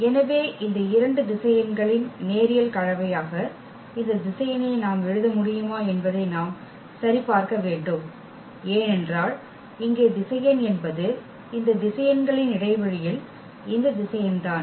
எனவே இந்த இரண்டு திசையன்களின் நேரியல் கலவையாக இந்த திசையனை நாம் எழுத முடியுமா என்பதை நாம் சரிபார்க்க வேண்டும் ஏனென்றால் இங்கே திசையன் என்பது இந்த திசையன்களின் இடைவெளியில் இந்த திசையன் தான்